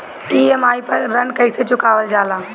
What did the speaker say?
EMI पर ऋण कईसे चुकाईल जाला?